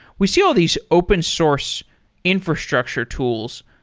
we see all these open source infrastructure tools.